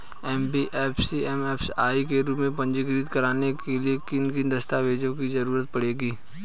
NBFC MFI के रूप में पंजीकृत कराने के लिए किन किन दस्तावेजों की जरूरत पड़ेगी?